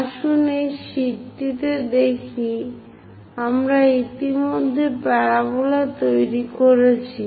আসুন এই শীটটি দেখি আমরা ইতিমধ্যে প্যারাবোলাটি তৈরি করেছি